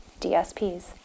DSPs